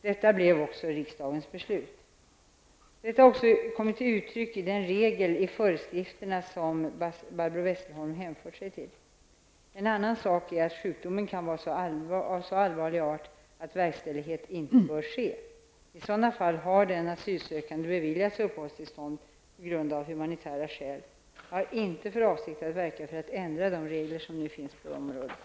Detta blev också riksdagens beslut. Detta har också kommit till uttryck i den regel i föreskrifterna som Barbro Westerholm hänfört sig till. En annan sak är att sjukdomen kan vara av så allvarlig art att verkställighet inte bör ske. I sådana fall har den asylsökande beviljats uppehållstillstånd av humanitära skäl. Jag har inte för avsikt att verka för en ändring av de regler som nu finns på området.